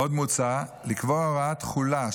עוד מוצע לקבוע הוראות תחולה,